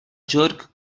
jerk